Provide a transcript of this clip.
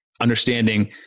understanding